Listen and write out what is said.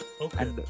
okay